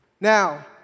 Now